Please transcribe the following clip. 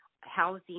housing